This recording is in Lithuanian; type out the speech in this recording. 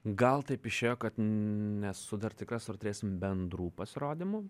gal taip išėjo kad nesu dar tikras ar turėsim bendrų pasirodymų